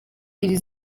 iri